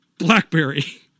blackberry